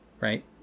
Right